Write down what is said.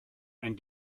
and